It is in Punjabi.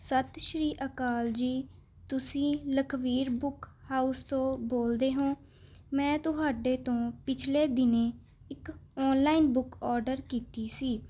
ਸਤਿ ਸ਼੍ਰੀ ਅਕਾਲ ਜੀ ਤੁਸੀਂ ਲਖਵੀਰ ਬੁੱਕ ਹਾਊਸ ਤੋਂ ਬੋਲਦੇ ਹੋ ਮੈਂ ਤੁਹਾਡੇ ਤੋਂ ਪਿਛਲੇ ਦਿਨੀਂ ਇੱਕ ਔਨਲਾਈਨ ਬੁੱਕ ਔਰਡਰ ਕੀਤੀ ਸੀ